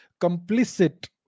complicit